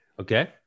Okay